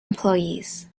employees